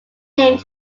named